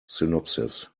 synopsis